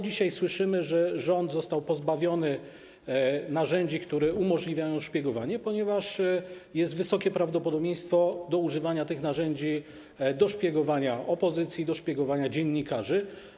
Dzisiaj słyszymy, że rząd został pozbawiony narzędzi, które umożliwiają szpiegowanie, ponieważ jest wysokie prawdopodobieństwo używania tych narzędzi do szpiegowania opozycji, do szpiegowania dziennikarzy.